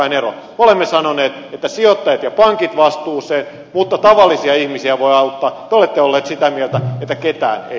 me olemme sanoneet että sijoittajat ja pankit vastuuseen mutta tavallisia ihmisiä voi auttaa te olette olleet sitä mieltä että ketään ei